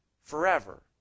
forever